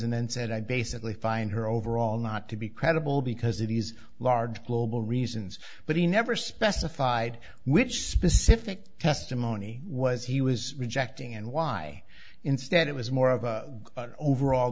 and then said i basically find her overall not to be credible because it is a large global reasons but he never specified which specific testimony was he was rejecting and why instead it was more of a overall